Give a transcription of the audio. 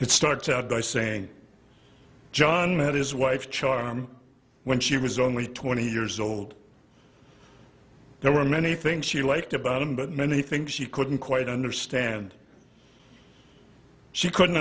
it starts out by saying john met his wife charm when she was only twenty years old there were many things she liked about him but many think she couldn't quite understand she couldn't